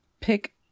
pick